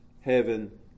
heaven